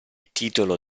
titolo